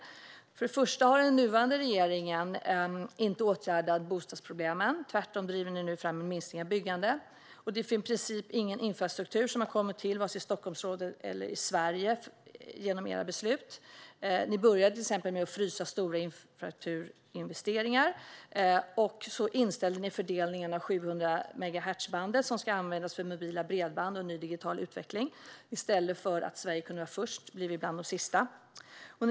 Till att börja med har den nuvarande regeringen inte åtgärdat bostadsproblemen. Tvärtom driver ni nu fram en minskning av byggandet. Genom era beslut har det i princip inte kommit till någon infrastruktur vare sig i Stockholmsområdet eller i övriga Sverige. Ni började med att frysa stora infrastrukturinvesteringar. Sedan inställde ni fördelningen av 700 MHz-bandet som ska användas för mobila bredband och ny digital utveckling. I stället för att Sverige hade kunnat bli först blir vi bland de sista.